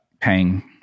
paying